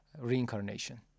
reincarnation